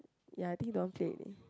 ya I think don't want to play already